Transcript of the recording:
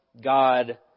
God